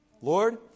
Lord